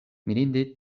mirinde